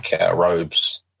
robes